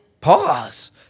Pause